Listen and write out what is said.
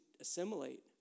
assimilate